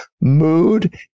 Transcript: mood